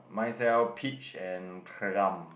mine sell peach and plum